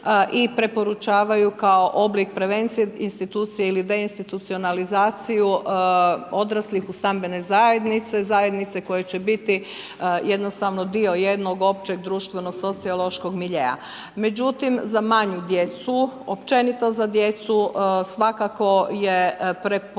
i preporučivanju kao oblik prevencije institucije ili deinstitucionalizaciju odraslih u stambene zajednice, zajednice koje će biti jednostavno dio jednog općeg, društvenog sociološkog miljea. Međutim, za manju djecu, općenito za djecu, svakako je preporučljivo